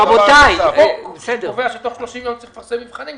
החוק קובע שתוך 30 יום צריך לפרסם מבחנים.